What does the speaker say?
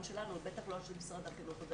שלנו ובטח לא על שולחן משרד החינוך.